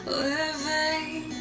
living